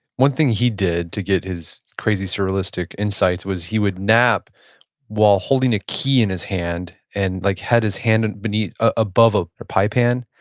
one thing he did to get his crazy surrealistic insights was he would nap while holding a key in his hand, and like had his hand and but above ah a pie pan.